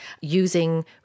using